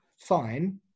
fine